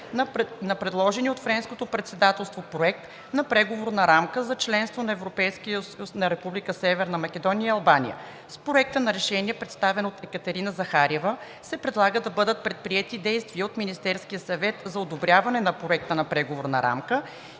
на предложения от Френското председателство Проект на Преговорна рамка за членство в ЕС на Република Северна Македония и Албания. С Проекта на решение, представен от Екатерина Захариева, се предлага да бъдат предприети действия от Министерския съвет за одобряване на Проекта на Преговорна рамка